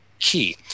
key